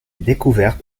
découverte